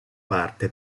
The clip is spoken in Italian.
parte